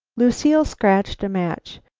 lucile scratched a match.